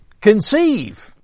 conceive